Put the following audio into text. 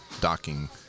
docking